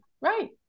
right